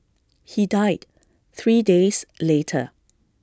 he died three days later